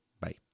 Bye